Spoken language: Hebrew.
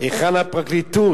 היכן הפרקליטות?